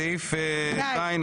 סעיף 2,